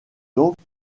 donc